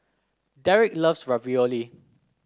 Derik loves Ravioli